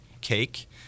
cake